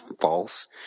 false